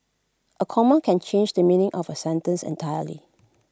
A comma can change the meaning of A sentence entirely